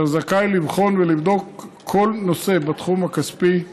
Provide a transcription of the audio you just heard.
אשר זכאי לבחון ולבדוק כל נושא בתחום הכספי.